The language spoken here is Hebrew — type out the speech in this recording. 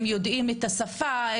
יודעים את השפה,